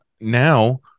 Now